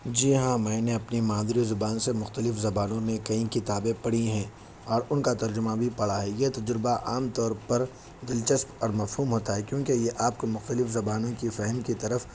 جی ہاں میں نے اپنی مادری زبان سے مختلف زبانوں میں کئی کتابیں پڑھی ہیں اور ان کا ترجمہ بھی پڑھا ہے یہ تجربہ عام طور پر دلچسپ اور مفہوم ہوتا ہے کیونکہ یہ آپ کو مختلف زبانوں کی فہم کی طرف